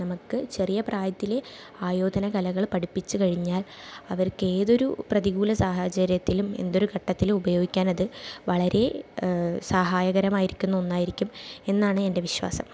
നമുക്ക് ചെറിയ പ്രായത്തിൽ ആയോധന കലകൾ പഠിപ്പിച്ച് കഴിഞ്ഞാൽ അവർക്കേതൊരു പ്രതികൂല സാഹചര്യത്തിലും എന്തൊരു ഘട്ടത്തിലും ഉപയോഗിക്കാനത് വളരെ സഹായകരമായിരിക്കുന്ന ഒന്നായിരിക്കും എന്നാണ് എൻ്റെ വിശ്വാസം